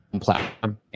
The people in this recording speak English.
platform